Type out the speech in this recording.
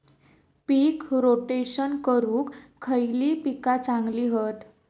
पीक rotation करूक खयली पीका चांगली हत?